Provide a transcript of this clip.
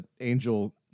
Angel